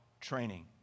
training